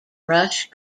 rush